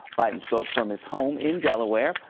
but and spoke from his home in delaware,